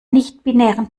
nichtbinären